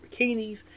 bikinis